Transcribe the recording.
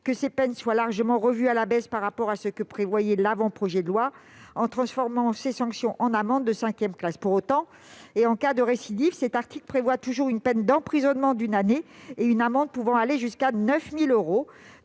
que ces peines soient largement revues à la baisse par rapport à ce qui était prévu dans l'avant-projet de loi, en transformant ces sanctions en amendes de cinquième classe. Pour autant, en cas de récidive, l'article prévoit toujours une peine d'emprisonnement d'une année et une amende pouvant aller jusqu'à 9 000 euros.